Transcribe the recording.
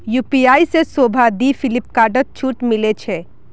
UPI से शोभा दी फिलिपकार्टत छूट मिले छे